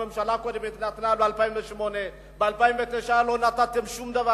הממשלה נתנה ב-2008, ב-2009 לא נתתם שום דבר.